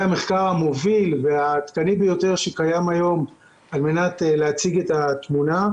המחקר המוביל והעדכני ביותר שקיים היום על מנת להציג את התמונה.